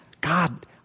God